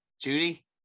Judy